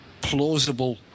plausible